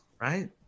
right